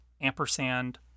Ampersand